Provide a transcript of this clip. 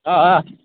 آ آ